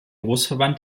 großverband